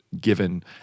given